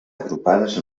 agrupades